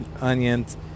onions